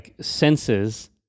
senses